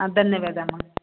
ಧನ್ಯವಾದ ಮಾ